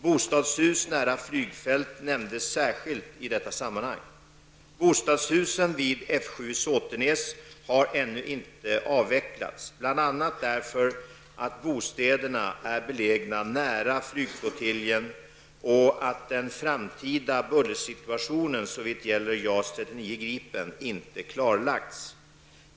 Bostadshus nära flygfält nämndes särskilt i detta sammanhang. Bostadshusen vid F7 i Såtenäs har ännu inte avvecklats, bl.a. därför att bostäderna är belägna nära flottiljen och att den framtida bullersituationen såvitt gäller JAS 39 Gripen inte klarlagts.